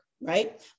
right